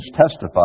testify